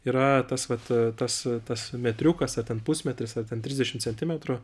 yra tas vat tas tas metriukas ar ten pusmetris ar ten trisdešim centimetrų